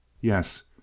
yes